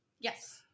yes